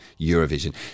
Eurovision